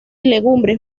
legumbres